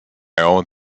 own